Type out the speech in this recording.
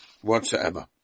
whatsoever